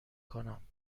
کنم